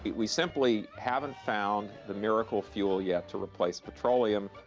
we simply haven't found the miracle fuel yet to replace petroleum,